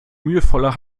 mühevoller